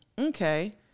Okay